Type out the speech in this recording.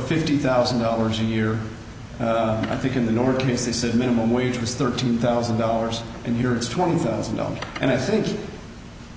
fifty thousand dollars a year i think in the northeast he said minimum wage was thirteen thousand dollars and here it's twenty thousand dollars and i think